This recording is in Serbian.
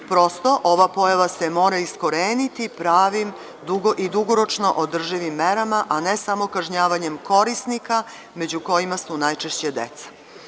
Ova pojava se mora iskoreniti pravim i dugoročno održivim merama, a ne samo kažnjavanjem korisnika, među kojima su najčešće deca.